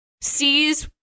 sees